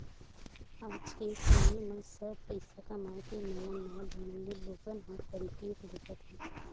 आज के समे म सब पइसा कमाए के नवा नवा ढंग ले लोगन ह तरकीब देखत रहिथे